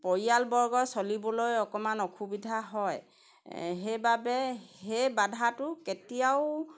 পৰিয়ালবৰ্গৰ চলিবলৈ অকণমান অসুবিধা হয় সেইবাবে সেই বাধাটো কেতিয়াও